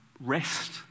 rest